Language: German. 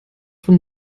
von